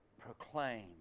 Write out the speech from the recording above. proclaim